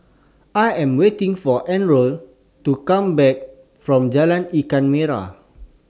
I Am waiting For Errol to Come Back from Jalan Ikan Merah